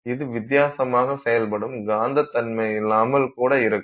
இது வித்தியாசமாக செயல்படும் காந்தத்தன்மையில்லாமல் கூட இருக்கும்